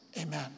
Amen